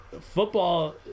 football